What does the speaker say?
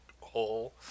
hole